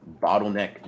bottleneck